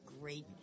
great